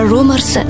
Rumors